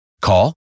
Call